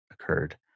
occurred